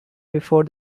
before